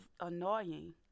annoying